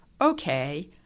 okay